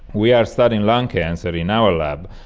we are studying lung cancer in our lab,